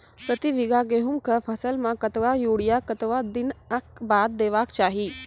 प्रति बीघा गेहूँमक फसल मे कतबा यूरिया कतवा दिनऽक बाद देवाक चाही?